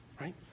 Right